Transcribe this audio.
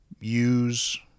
use